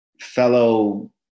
fellow